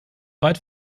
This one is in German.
weit